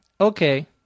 Okay